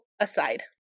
aside